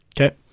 Okay